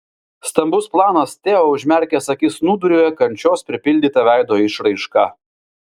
stambus planas teo užmerkęs akis snūduriuoja kančios pripildyta veido išraiška